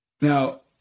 Now